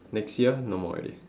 next year no more already